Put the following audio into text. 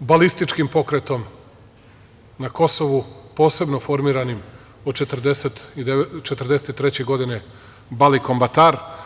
balističkim pokretom na Kosovu, posebno formiranim od 1943. godine, Balikom Batar.